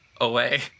away